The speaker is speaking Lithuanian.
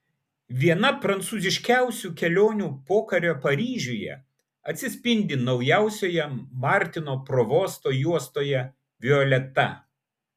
viena prancūziškiausių kelionių pokario paryžiuje atsispindi naujausioje martino provosto juostoje violeta